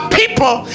people